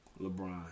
LeBron